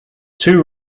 two